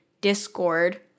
Discord